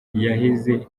yahize